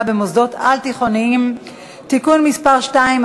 במוסדות על-תיכוניים (תיקון מס' 2),